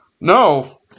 No